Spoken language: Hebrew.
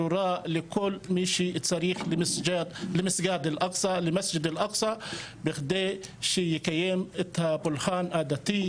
ברורה לכל מי שצריך לעלות למסגד אל אקצה בכדי שיקיים את הפולחן הדתי,